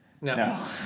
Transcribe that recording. No